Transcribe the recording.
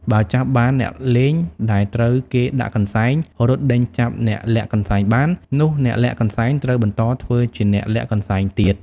បើចាប់បានអ្នកលេងដែលត្រូវគេដាក់កន្សែង រត់ដេញចាប់អ្នកលាក់កន្សែងបាន នោះអ្នកលាក់កន្សែងត្រូវបន្តធ្វើជាអ្នកលាក់កន្សែងទៀត ។